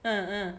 ah ah